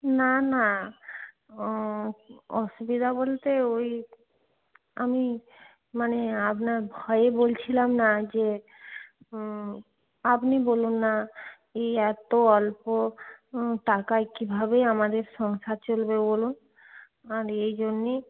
না না অসুবিধা বলতে ঐ আমি মানে আপনার ভয়ে বলছিলাম না যে আপনি বলুন না এই এত অল্প টাকায় কিভাবে আমাদের সংসার চলবে বলুন আর এই জন্যেই